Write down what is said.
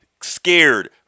scared